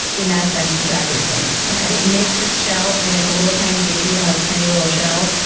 in that sense, exactly the same. it makes its shell when it's a little, tiny baby it has tiny, little shell.